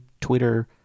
Twitter